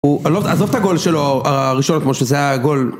עזוב את הגול שלו, הראשון, כמו שזה היה גול